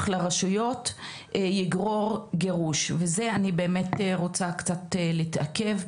לרשויות יגרור גירוש ובזה אני באמת רוצה קצת להתעכב.